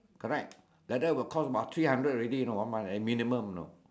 correct like that will cost about three hundred already you know one month at minimum you know